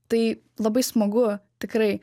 tai labai smagu tikrai